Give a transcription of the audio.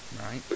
Right